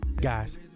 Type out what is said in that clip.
Guys